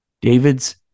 Davids